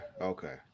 Okay